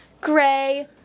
gray